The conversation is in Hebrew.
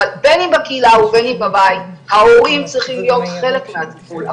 אבל בין אם בקהילה ובין אם בבית ההורים צריכים להיות חלק מהטיפול,